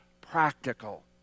practical